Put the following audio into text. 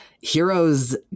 Heroes